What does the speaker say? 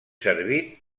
servit